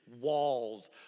walls